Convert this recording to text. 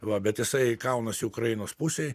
va bet jisai kaunasi ukrainos pusėj